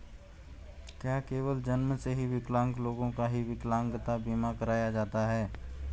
क्या केवल जन्म से विकलांग लोगों का ही विकलांगता बीमा कराया जाता है?